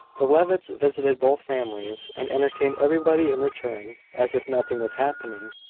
the levitts visited both families, and entertained everybody in return, as if nothing was happening.